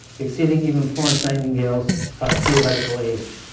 exceeding even florence nightengale's theoretical age.